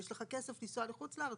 אם יש לך כסף לנסוע לחוץ לארץ?